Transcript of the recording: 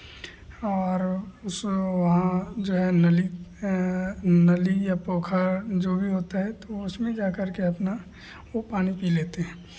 और उस वहाँ जो है नली नली या पोखर जो भी होता है तो वो उसमें जा करके अपना वो पानी पी लेते हैं